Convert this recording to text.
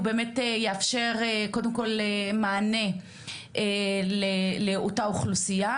באמת קודם כל יאפשר מענה לאותה אוכלוסיה.